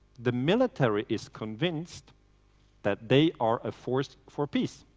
the military is convinced that they are a force for peace.